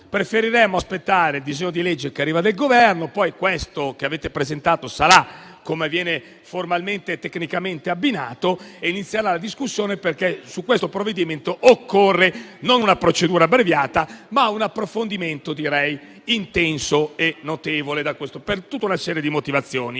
preferiremmo aspettare che arrivi il disegno di legge del Governo e poi quello che avete presentato sarà - come avviene formalmente e tecnicamente - abbinato e inizierà la discussione. Su questo provvedimento, infatti, occorre non una procedura abbreviata, ma un approfondimento intenso e notevole, per tutta una serie di motivazioni.